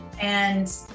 And-